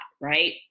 right